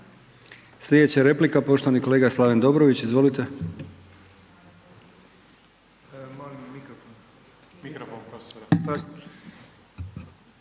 Slijedeća replika poštovani kolega Slaven Dobrović, izvolite.